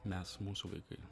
mes mūsų vaikai